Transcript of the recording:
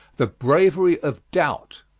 the bravery of doubt.